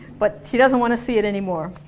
but she doesn't want to see it anymore